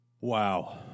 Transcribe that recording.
Wow